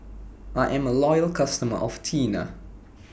I'm A Loyal customer of Tena